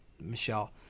Michelle